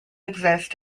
exist